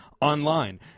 online